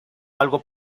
algo